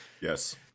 yes